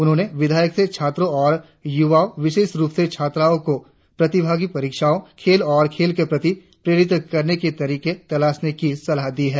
उन्होंने विधायक से छात्रों और युवाओं विशेष रुप से छात्राओं को प्रतिभागी परीक्षाओं खेल और खेल के प्रति प्रेरित करने के तरीके तलाशने की सलाह दी है